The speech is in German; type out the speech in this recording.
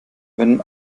wenn